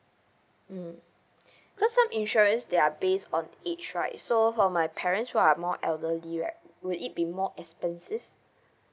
mm cause some insurance they are base on age right so for my parents who are more elderly right will it be more expensive